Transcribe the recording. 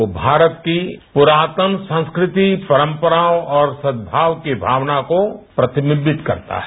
वह भारत की पुरातन संस्कृति परंपराओं और सद्भाव के भावना को प्रतिबिंबित करता है